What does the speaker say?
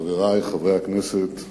חברי חברי הכנסת,